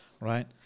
right